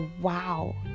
wow